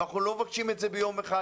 אנחנו לא מבקשים את זה יום אחד,